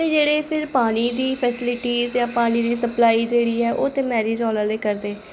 ते जेह्ड़े फिर पानी दी फैसीलिटी जां पानी दी सपलाई जेह्ड़ी ऐ ओह् ते मैरिज हाल्लें आह्लें करदे